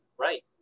Right